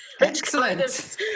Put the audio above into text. Excellent